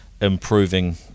improving